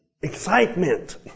excitement